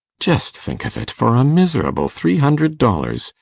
just think of it for a miserable three hundred dollars,